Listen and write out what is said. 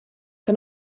que